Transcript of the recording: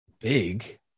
big